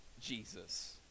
Jesus